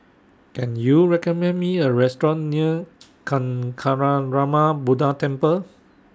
Can YOU recommend Me A Restaurant near Kancanarama Buddha Temple